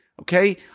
okay